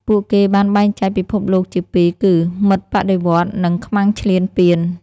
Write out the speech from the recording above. ពួកគេបានបែងចែកពិភពលោកជាពីរ គឺ «មិត្តបដិវត្តន៍» និង «ខ្មាំងឈ្លានពាន»។